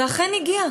ואכן הגיע,